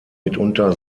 mitunter